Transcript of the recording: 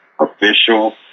official